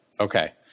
Okay